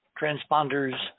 transponders